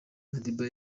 madiba